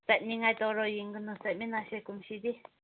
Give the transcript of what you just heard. ꯆꯠꯅꯤꯡꯉꯥꯏ ꯇꯧꯔꯣ ꯌꯦꯡꯒꯅꯨ ꯆꯠꯃꯤꯟꯅꯁꯤ ꯀꯨꯝꯁꯤꯗꯤ